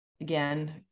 again